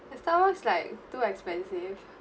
it sounds like too expensive